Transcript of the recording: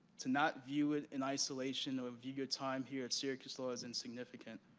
to not view it in isolation or view your time here at syracuse law as insignificant.